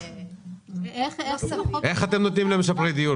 איך אתם נותנים למשפרי דיור?